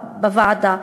בוועדה.